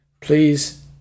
Please